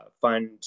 fund